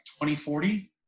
2040